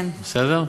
בסדר?